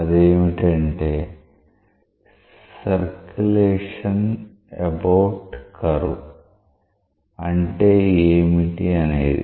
అదేమిటంటే circulation about curve అంటే ఏమిటి అనేది